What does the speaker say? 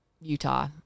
Utah